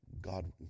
God